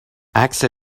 عکس